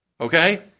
okay